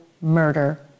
murder